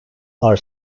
are